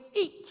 eat